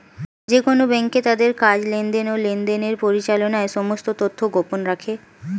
যেকোন ব্যাঙ্ক তাদের কাজ, লেনদেন, ও লেনদেনের পরিচালনার সমস্ত তথ্য গোপন রাখে